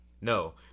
No